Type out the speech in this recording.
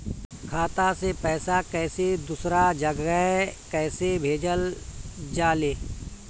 खाता से पैसा कैसे दूसरा जगह कैसे भेजल जा ले?